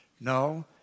No